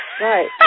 Right